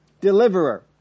deliverer